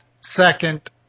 second